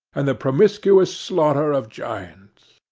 and the promiscuous slaughter of giants.